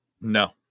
No